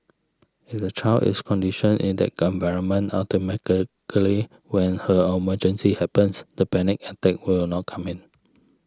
if the child is conditioned in that gun environment automatically when her emergency happens the panic attack will not come in